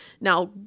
Now